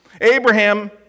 Abraham